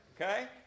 Okay